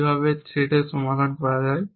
কীভাবে থ্রেডর সমাধান করা যায়